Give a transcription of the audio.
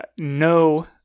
No